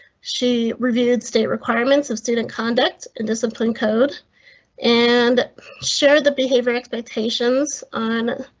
she reviewed state requirements of student conduct and discipline code and share the behavior expectations on